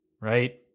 Right